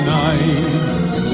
nights